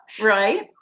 Right